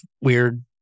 weird